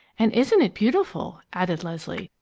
and isn't it beautiful! added leslie.